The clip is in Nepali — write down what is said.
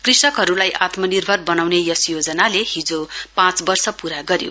कृषकहरूलाई आत्मनिर्भर बनाउने यस योजनाले हिजो पाँच वर्ष पूरा गर्यो